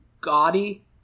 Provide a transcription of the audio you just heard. gaudy